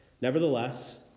Nevertheless